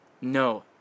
No